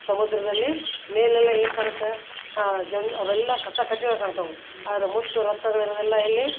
ಸಮುದ್ರದಲ್ಲಿ ಮೇಲೆಲ್ಲ ಏನು ಕಾಣುತ್ತೆ ಆ ಜಂಡು ಅವೆಲ್ಲ ಕಸ ಕಡ್ಡಿಗಳು ಕಾಣ್ತವೆ ಆದರೆ ಮತ್ತು ರತ್ನಗಳೆಲ್ಲ ಇರೋದೆಲ್ಲ ಎಲ್ಲಿ